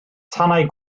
tanau